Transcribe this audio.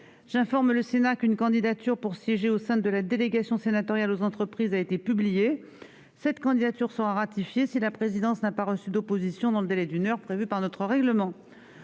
J'informe le Sénat qu'une candidature pour siéger au sein de la délégation sénatoriale aux entreprises a été publiée. Cette candidature sera ratifiée si la présidence n'a pas reçu d'opposition dans le délai d'une heure prévu par notre règlement.